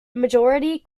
majority